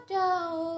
down